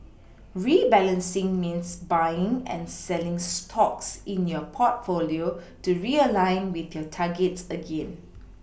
rebalancing means buying and selling stocks in your portfolio to realign with your targets again